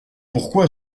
pourquoi